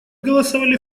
голосовали